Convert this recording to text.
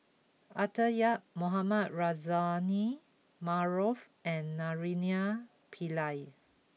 Arthur Yap Mohamed Rozani Maarof and Naraina Pillai